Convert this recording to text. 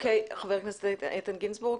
חבר הכנסת איתן גינזבורג,